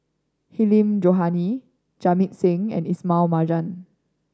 Hilmi Johandi Jamit Singh and Ismail Marjan